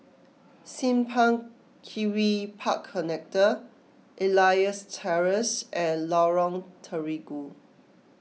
Simpang Kiri Park Connector Elias Terrace and Lorong Terigu